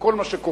כל מה שקורה,